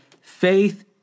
faith